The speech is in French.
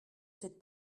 cette